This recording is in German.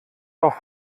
doch